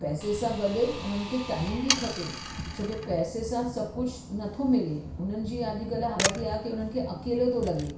पैसे सां गॾ उन्हनि खे टाइम बि खपे छो की पैसे सां सभु कुझु न थो मिले हुननि जी अॼुकल्ह हालति हीअं आहे की हुननि खे अकेलो थो लॻे